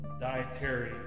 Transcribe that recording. Dietary